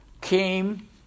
came